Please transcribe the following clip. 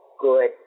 good